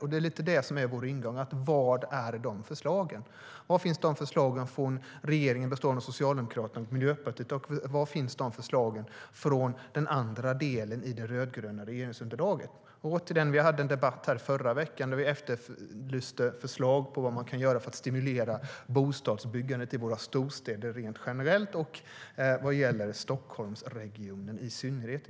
Detta är lite grann vår ingång: Var finns dessa förslag från regeringen bestående av Socialdemokraterna och Miljöpartiet, och var finns dessa förslag från den andra delen i det rödgröna regeringsunderlaget? Vi hade en debatt här förra veckan då vi efterlyste förslag på vad man kan göra för att stimulera bostadsbyggandet i våra storstäder rent generellt och i synnerhet i Stockholmsregionen.